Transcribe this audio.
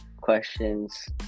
questions